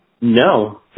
No